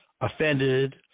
offended